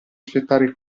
aspettare